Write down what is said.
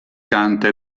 canta